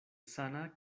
sana